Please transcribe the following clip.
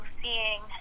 seeing